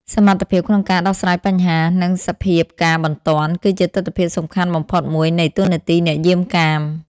សមត្ថភាពក្នុងការដោះស្រាយបញ្ហា និងសភាពការណ៍បន្ទាន់ គឺជាទិដ្ឋភាពសំខាន់បំផុតមួយនៃតួនាទីអ្នកយាមកាម។